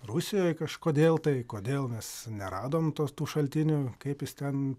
rusijoj kažkodėl tai kodėl mes neradom tos tų šaltinių kaip jis ten